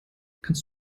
kannst